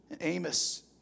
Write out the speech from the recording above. Amos